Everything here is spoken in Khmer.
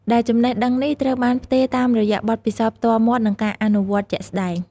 ដែលចំណេះដឹងនេះត្រូវបានផ្ទេរតាមរយៈបទពិសោធន៍ផ្ទាល់មាត់ និងការអនុវត្តជាក់ស្ដែង។